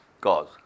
cause